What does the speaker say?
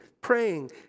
praying